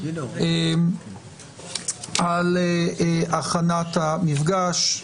על הכנת המפגש.